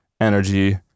energy